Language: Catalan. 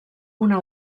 una